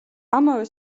ამავე